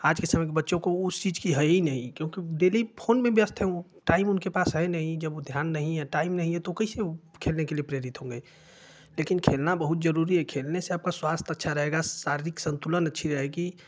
आज के समय में बच्चों को उस चीज़ की है ही नहीं क्योंकि डेली फोन में व्यस्त हैं वो टाइम उनके पास है नहीं जब वो ध्यान नहीं है टाइम नहीं है तो कैसे वो खेलने के लिए प्रेरित होंगे लेकिन खेलना बहुत जरूरी है खेलने से आपक स्वास्थय अच्छा रहेगा शारीरिक संतुलन अच्छी रहेगी